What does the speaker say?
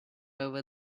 over